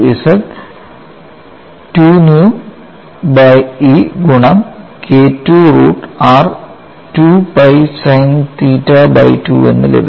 Uz 2 nu by E ഗുണം K II root r 2 pi sin theta by 2 എന്ന് ലഭിക്കും